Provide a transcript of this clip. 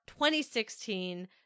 2016